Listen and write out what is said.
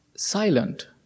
silent